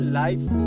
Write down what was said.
life